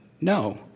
No